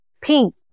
pink